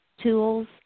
tools